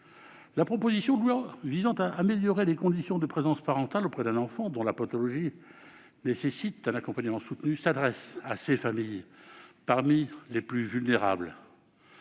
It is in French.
La proposition de loi visant à améliorer les conditions de présence parentale auprès d'un enfant dont la pathologie nécessite un accompagnement soutenu s'adresse à ces familles, lesquelles sont parmi les plus vulnérables.